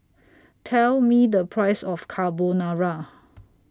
Tell Me The Price of Carbonara